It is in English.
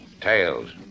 Tails